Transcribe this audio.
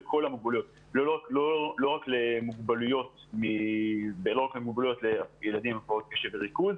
צריכים להתייחס לכל המוגבלויות ולא רק להפרעות קשב וריכוז.